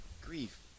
Grief